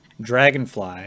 Dragonfly